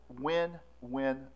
win-win